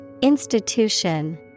Institution